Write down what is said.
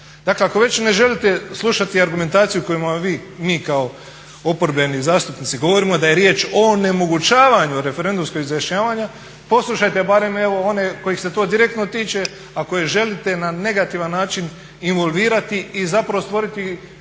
Dakle, ako već ne želite slušati argumentaciju o kojima mi kao oporbeni zastupnici govorimo da je riječ o onemogućavanju referendumskog izjašnjavanja poslušajte barem evo one kojih se to direktno tiče, a koje želite na negativan način involvirati i zapravo stvoriti